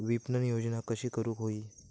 विपणन योजना कशी करुक होई?